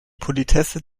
politesse